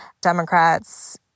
Democrats